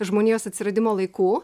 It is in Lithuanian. žmonijos atsiradimo laikų